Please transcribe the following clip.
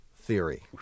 theory